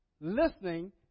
listening